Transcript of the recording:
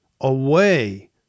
away